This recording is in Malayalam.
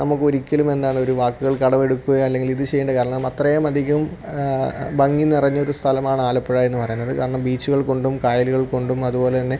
നമുക്ക് ഒരിക്കലും എന്താണ് ഒരു വാക്കുകൾ കടമെടുക്കുക അല്ലെങ്കിൽ ഇത് ചെയ്യേണ്ട കാരണം അത്രയും അധികം ഭംഗി നിറഞ്ഞ ഒരു സ്ഥലമാണ് ആലപ്പുഴ എന്ന് പറയുന്നത് കാരണം ബീച്ചുകൾ കൊണ്ടും കായലുകൾ കൊണ്ടും അതു പോലെ തന്നെ